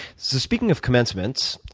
speaking of commencements,